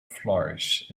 flourish